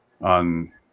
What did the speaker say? on